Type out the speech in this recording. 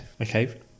Okay